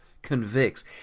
convicts